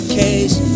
case